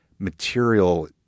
material